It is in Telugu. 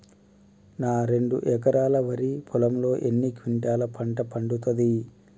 నా రెండు ఎకరాల వరి పొలంలో ఎన్ని క్వింటాలా పంట పండుతది?